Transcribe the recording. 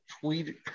tweet